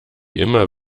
immer